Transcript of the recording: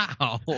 Wow